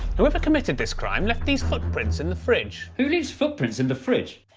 whoever committed this crime left these footprints in the fridge. who leave footprints in the fridge?